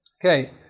Okay